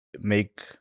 make